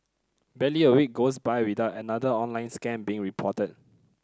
barely a week goes by without another online scam being reported